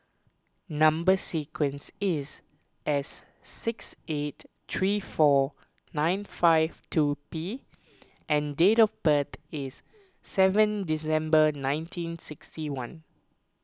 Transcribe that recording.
Number Sequence is S six eight three four nine five two P and date of birth is seven December nineteen sixty one